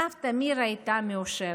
סבתא מירה הייתה מאושרת.